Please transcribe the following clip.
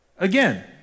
Again